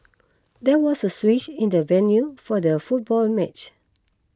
there was a switch in the venue for the football match